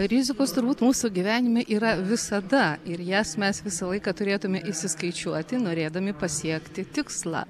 rizikos turbūt mūsų gyvenime yra visada ir jas mes visą laiką turėtume išsiskaičiuoti norėdami pasiekti tikslą